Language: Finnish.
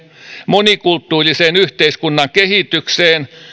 monikulttuuriseen yhteiskunnan kehitykseen